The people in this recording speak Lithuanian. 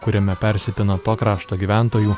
kuriame persipina to krašto gyventojų